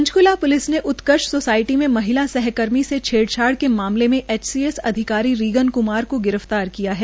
Panchkula police ने Utkarsh society में महिला सहकर्मी से छेड़छाड़ के मामले में एचसीएस अधिकारी रीगन कुमार को गिरफ्तार किया है